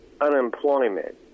unemployment